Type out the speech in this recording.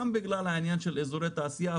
גם בגלל העניין של אזורי התעשייה,